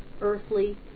earthly